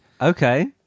Okay